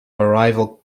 arrival